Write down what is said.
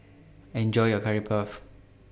Enjoy your Curry Puff